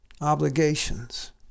obligations